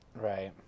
Right